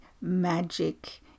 magic